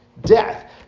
death